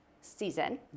season